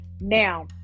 Now